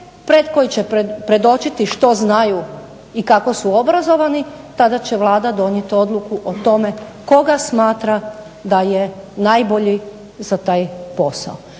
CV, koji će predočiti što znaju i kako su obrazovani tada će Vlada donijeti odluku o tome koga smatra da je najbolji za taj posao